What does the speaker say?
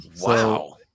Wow